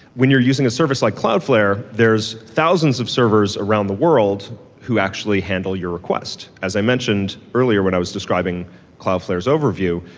when you're using a service like cloudflare, there's thousands of servers around the world who actually handle your request. as i mentioned earlier when i was describing cloudflare's overview,